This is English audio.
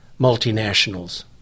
multinationals